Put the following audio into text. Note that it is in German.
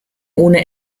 ohne